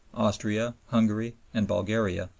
austria, hungary, and bulgaria,